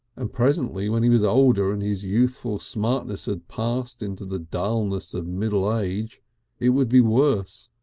and presently when he was older and his youthful smartness had passed into the dulness of middle age it would be worse.